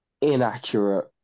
inaccurate